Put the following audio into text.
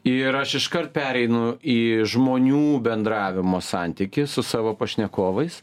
ir aš iškart pereinu į žmonių bendravimo santykį su savo pašnekovais